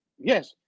yes